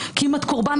כי אם את קורבן,